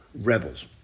rebels